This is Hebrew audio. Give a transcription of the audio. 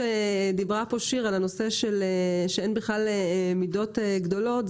כשדיברה פה שיר על כך שאין בכלל מידות גדולות,